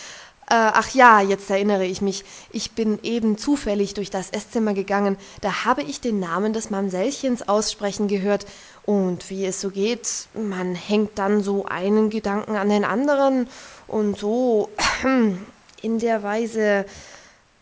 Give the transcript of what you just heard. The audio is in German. ach ja jetzt erinnere ich mich ich bin eben zufällig durch das eßzimmer gegangen da habe ich den namen des mamsellchens aussprechen gehört und wie es so geht man hängt dann so einen gedanken an den anderen an und so und in der weise